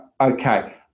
Okay